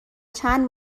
چند